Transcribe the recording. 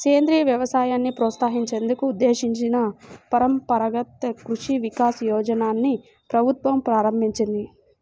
సేంద్రియ వ్యవసాయాన్ని ప్రోత్సహించేందుకు ఉద్దేశించిన పరంపరగత్ కృషి వికాస్ యోజనని ప్రభుత్వం ప్రారంభించింది